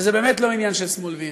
שזה באמת לא עניין של שמאל וימין,